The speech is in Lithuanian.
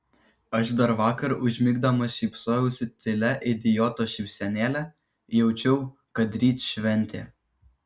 aš dar vakar užmigdamas šypsojausi tylia idioto šypsenėle jaučiau kad ryt šventė